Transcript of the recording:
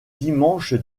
dimanche